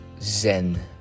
Zen